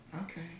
Okay